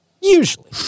Usually